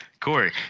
Corey